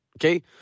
okay